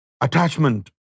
attachment